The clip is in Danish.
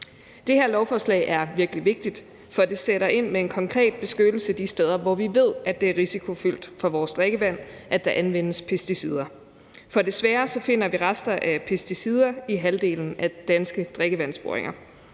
Det her lovforslag er virkelig vigtigt, for det sætter ind med en konkret beskyttelse de steder, hvor vi ved at det er risikofyldt for vores drikkevand, at der anvendes pesticider. For desværre finder vi rester af pesticider i halvdelen af de danske drikkevandsboringer.